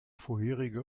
vorherige